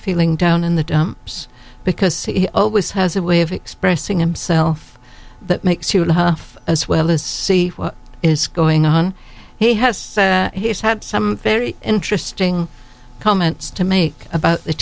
feeling down in the dumps because he always has a way of expressing himself that makes you a huff as well as see what is going on he has said he's had some very interesting comments to make about